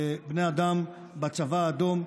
חצי מיליון בני אדם בצבא האדום,